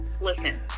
Listen